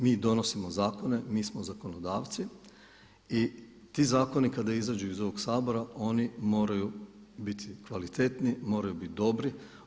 Mi donosimo zakone, mi smo zakonodavci i ti zakoni kada izađu iz ovog Sabora oni moraju biti kvalitetni, moraju biti dobri.